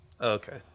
Okay